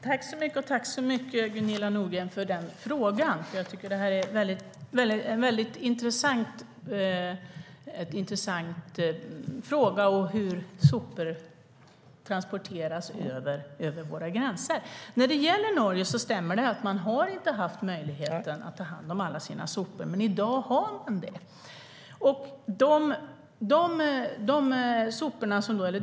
Herr talman! Jag tackar Gunilla Nordgren för frågan. Jag tycker att frågan om hur sopor transporteras över våra gränser är väldigt intressant. När det gäller Norge stämmer det att man inte haft möjlighet att ta hand om alla sina sopor, men i dag har man det.